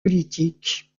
politiques